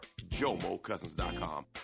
JomoCousins.com